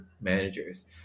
managers